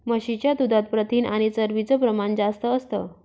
म्हशीच्या दुधात प्रथिन आणि चरबीच प्रमाण जास्त असतं